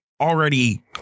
already